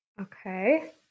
Okay